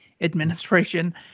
administration